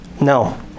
No